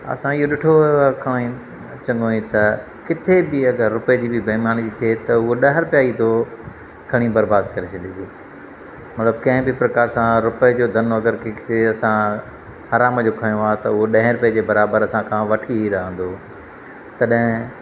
असां इहो ॾिठो वियो आहे खां ई चङो ई त किथे बि अगरि रुपये जी बि बईमानी थी थिए त उहो ॾह रुपया ई थो खणी बरबाद करे छॾे थो मतिलबु कंहिं बि प्रकार सां रुपये जो धनु अगरि कंहिंखे असां हराम जो खंयो आहे त उहो ॾहें रुपये जे बराबरु असां खां वठी ई रहंदो तॾहिं